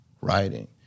writing